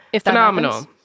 Phenomenal